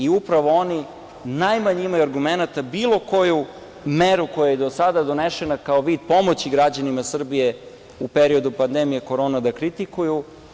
Upravo oni najmanje imaju argumenata bilo koju meru koja je do sada donesena kao vid pomoći građanima Srbije u periodu pandemije korona da kritikuju.